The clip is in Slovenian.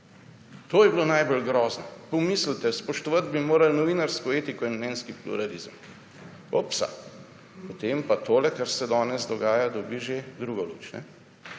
To je bilo najbolj grozno. Pomislite, spoštovati bi morali novinarsko etiko in mnenjski pluralizem. Opsa! Potem pa tole, kar se danes dogaja, dobi že drugo luč.